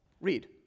read